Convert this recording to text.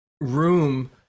room